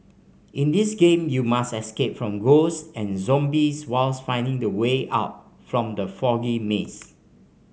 in this game you must escape from ghosts and zombies while finding the way out from the foggy maze